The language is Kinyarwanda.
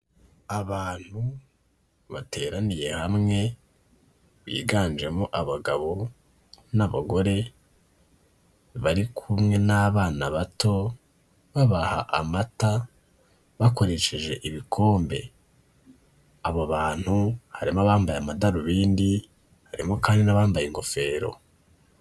Abantu bateraniye hamwe biganjemo abagabo n'abagore, bari kumwe n’abana bato babaha amata bakoresheje ibikombe. Abo bantu harimo abambaye amadarubindi, harimo kandi n'abambaye ingofero.